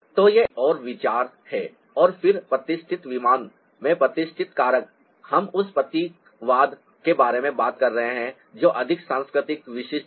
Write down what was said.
तो यह एक और विचार है और फिर प्रतिष्ठित विमान में प्रतिष्ठित कारक हम उस प्रतीकवाद के बारे में बात करते हैं जो अधिक संस्कृति विशिष्ट है